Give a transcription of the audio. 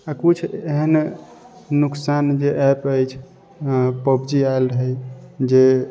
आओर किछु एहन नोकसान जे ऐप अछि पब्जी आएल रहै जे